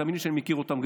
תאמיני לי שאני מכיר אותם,